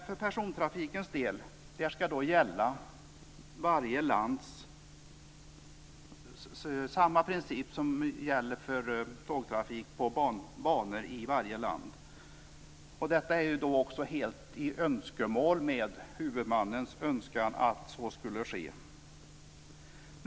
För persontrafikens del ska samma princip gälla som gäller för tågtrafik på banor i varje land. Detta är helt i linje med huvudmannens önskan att så skulle ske.